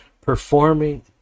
performing